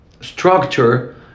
structure